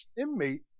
inmate